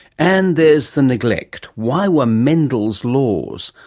and there's the neglect. why were mendel's laws,